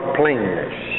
plainness